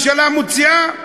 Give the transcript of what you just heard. מצוקה ביטחונית,